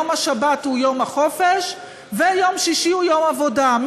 יום השבת הוא יום החופש ויום שישי הוא יום עבודה.